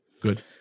good